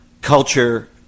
culture